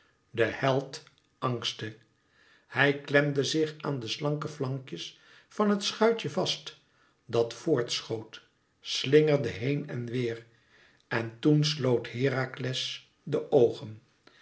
de held angstte hij klemde zich aan de slanke flankjes van het schuitje vast dat voort schoot slingerende heen en weêr en toen sloot herakles de oogen